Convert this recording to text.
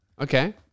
Okay